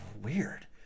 weird